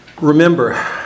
Remember